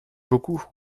beaucoup